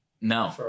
No